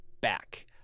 back